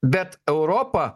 bet europa